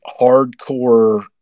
hardcore